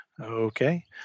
Okay